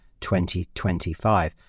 2025